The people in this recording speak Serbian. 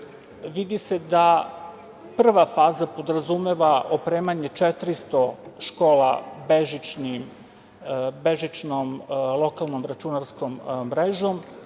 Vidi se da prva faza podrazumeva opremanje 400 škola bežičnom lokalnom računarskom mrežom,